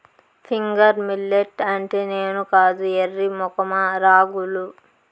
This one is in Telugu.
ఫింగర్ మిల్లెట్ అంటే నేను కాదు ఎర్రి మొఖమా రాగులు